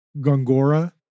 Gongora